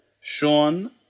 Sean